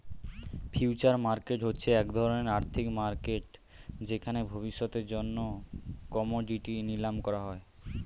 future market হচ্ছে এক ধরণের আর্থিক মার্কেট যেখানে ভবিষ্যতের জন্য কোমোডিটি নিলাম করা হয়